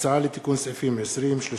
הצעה לתיקון סעיפים 20, 32,